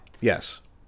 Yes